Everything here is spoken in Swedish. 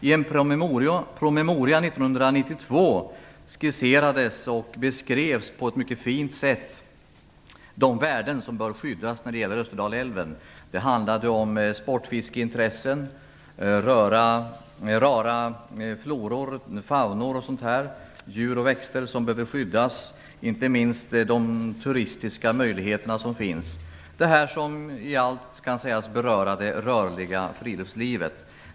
I en promemoria från år 1992 skisserade man och beskrev på ett mycket fint sätt de värden som bör skyddas när det gäller Österdalälven. Det handlade om sportfiske, rara floror och faunor som behöver skyddas och inte minst möjligheter för turismen. Det gäller alltså det rörliga friluftslivet.